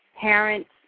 parents